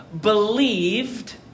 believed